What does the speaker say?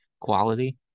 quality